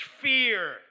fear